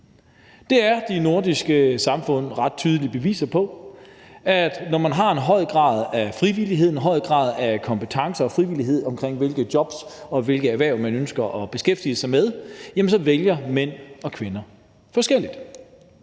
vælge. De nordiske samfund er ret tydelige beviser på, at når man har en høj grad af frivillighed, en høj grad af kompetencer og frivillighed, i forhold til hvilke jobs og hvilke erhverv man ønsker at beskæftige sig med, så vælger mænd og kvinder forskelligt.